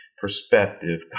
perspective